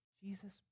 Jesus